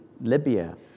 Libya